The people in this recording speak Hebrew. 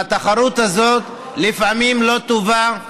והתחרות הזאת לפעמים לא טובה,